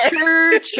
church